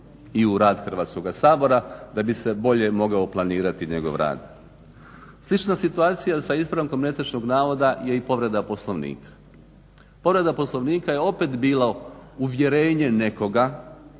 i u rad Hrvatskoga sabora da bi se bolje mogao planirati njegov rad. Slična situacija sa ispravkom netočnog navoda je i povreda Poslovnika. Povreda Poslovnika je opet bilo uvjerenje nekoga